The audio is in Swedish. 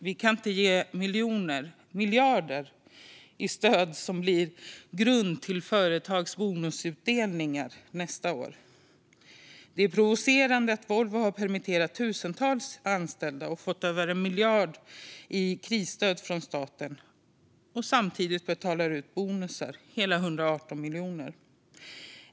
Vi kan inte ge miljoner och miljarder i stöd som blir en grund för företagens bonusutdelningar nästa år. Det är provocerande att Volvo som har permitterat tusentals anställda och fått över 1 miljard i krisstöd från staten samtidigt betalar ut bonusar - hela 118 miljoner!